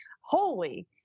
holy